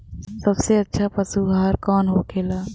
सबसे अच्छा पशु आहार कौन होखेला?